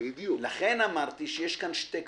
לכן אמרתי שיש כאן שתי קבוצות,